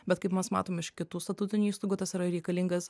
bet kaip mes matom iš kitų statutinių įstaigų tas yra reikalingas